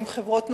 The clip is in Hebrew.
הן חברות נוקשות,